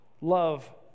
love